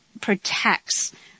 protects